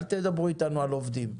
אל תדברו איתנו על עובדים.